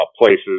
places